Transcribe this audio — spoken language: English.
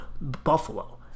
Buffalo